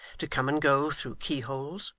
to come and go through keyholes,